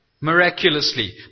miraculously